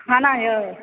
खाना यऽ